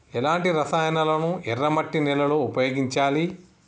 ఎలాంటి రసాయనాలను ఎర్ర మట్టి నేల లో ఉపయోగించాలి?